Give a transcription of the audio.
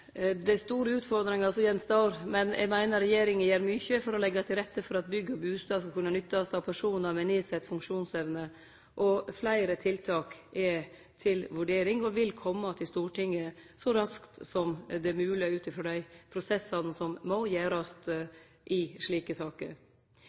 Det er store utfordringar som gjenstår. Men eg meiner at regjeringa gjer mykje for å leggje til rette for at bygg og bustader skal kunne nyttast av personar med nedsett funksjonsevne. Fleire tiltak er til vurdering og vil kome til Stortinget så raskt som det er mogleg ut frå dei prosessane som må gjerast